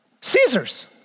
Caesar's